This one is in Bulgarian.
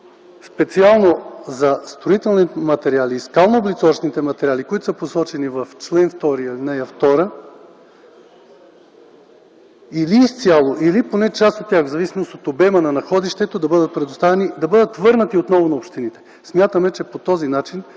специално за строителните и скално-облицовъчните материали, посочени в чл. 2, ал. 2 – или изцяло, или поне част от тях, в зависимост от обема на находището, да бъдат върнати отново на общините. Смятаме, че по този начин